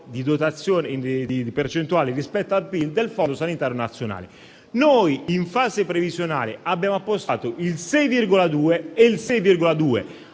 e il 6,1 di percentuale rispetto al PIL del Fondo sanitario nazionale; noi in fase previsionale abbiamo appostato il 6,2 (e il 6,2